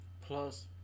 plus